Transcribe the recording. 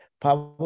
power